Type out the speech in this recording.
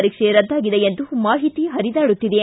ಪರೀಕ್ಷೆ ರದ್ದಾಗಿದೆ ಎಂದು ಮಾಹಿತಿ ಪರಿದಾಡುತ್ತಿದೆ